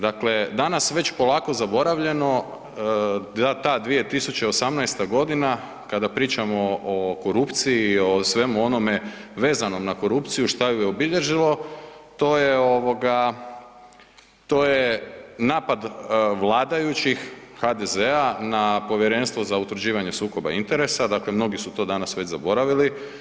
Dakle, danas već polako zaboravljeno, da ta 2018. g. kada pričamo o korupciji i o svemu onome vezano za korupciju što ju je obilježilo, to je napad vladajućih, HDZ-a na Povjerenstvo za utvrđivanje sukoba interesa, dakle mnogi su to danas već zaboravili.